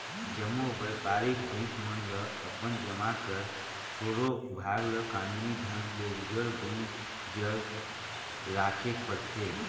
जम्मो बयपारिक बेंक मन ल अपन जमा कर थोरोक भाग ल कानूनी ढंग ले रिजर्व बेंक जग राखेक परथे